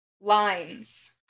lines